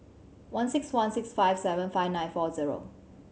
one six one six five seven five nine four zero